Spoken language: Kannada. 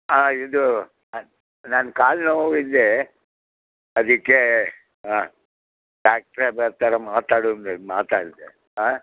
ಹಾಂ ಇದು ನನ್ನ ಕಾಲು ನೋವು ಇದೆ ಅದಕ್ಕೆ ಹಾಂ ಡಾಕ್ಟ್ರೇ ಬರ್ತಾರೆ ಮಾತಾಡು ಅಂದರು ಮಾತಾಡಿದೆ ಹಾಂ